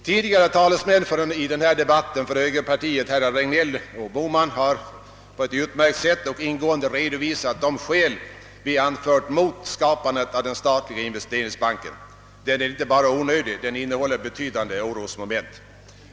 Tidigare talesmän i denna debatt för högerpartiet, herrar Regnéll och Bohman, har på ett utmärkt sätt och ingående redovisat de skäl som vi anfört mot skapandet av den statliga investeringsbanken. Den är inte bara onödig; den innehåller betydande orosmoment.